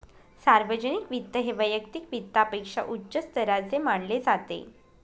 सार्वजनिक वित्त हे वैयक्तिक वित्तापेक्षा उच्च स्तराचे मानले जाते